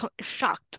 shocked